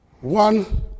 One